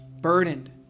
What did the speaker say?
burdened